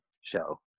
show